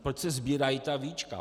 Proč se sbírají ta víčka?